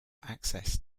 access